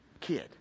kid